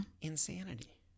insanity